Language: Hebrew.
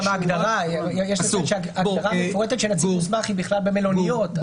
גם ההגדרה הגדרה מפורטת של נציג מוסמך היא בכלל במלוניות.